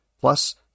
Plus